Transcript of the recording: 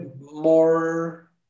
more